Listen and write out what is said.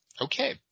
okay